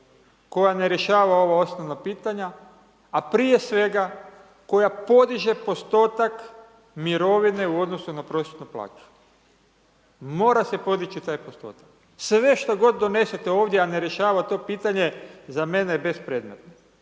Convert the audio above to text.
koja ne rješava ova osnovna pitanja, a prije svega, koja podiže postotak mirovine na osnovnu plaću. Mora se podići taj postotak, sve što donesete ovdje, a ne rješava to pitanje za mene je bespredmetno